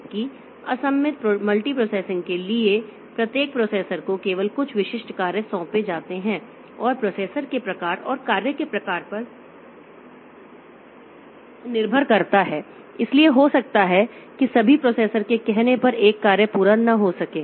जबकि असममित मल्टीप्रोसेसिंग के लिए प्रत्येक प्रोसेसर को केवल कुछ विशिष्ट कार्य सौंपे जाते हैं और प्रोसेसर के प्रकार और कार्य के प्रकार पर निर्भर करता है इसलिए हो सकता है कि सभी प्रोसेसर के कहने पर एक कार्य पूरा न हो सके